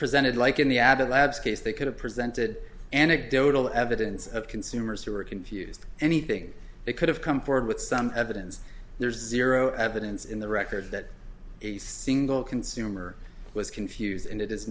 presented like in the abbott labs case they could have presented anecdotal evidence of consumers who were confused anything they could have come forward with some evidence there's zero evidence in the record that a single consumer was confused and it is